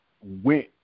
went